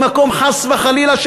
חס וחלילה,